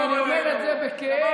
ואני אומר את זה בכאב,